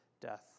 death